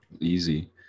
easy